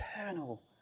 eternal